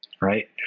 right